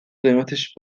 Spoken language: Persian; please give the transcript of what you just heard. قیمتش